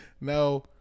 No